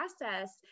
process